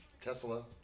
Tesla